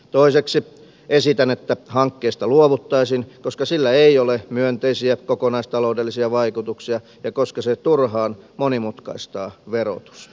toiseksi hän esittää että hankkeesta luovuttaisiin koska sillä ei ole myönteisiä kokonaistaloudellisia vaikutuksia ja koska se turhaan monimutkaistaa verotusta